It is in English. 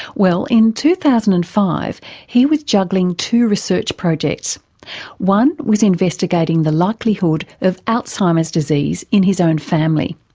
well, in two thousand and five he was juggling two research projects one was investigating the likelihood of alzheimer's disease in his own family,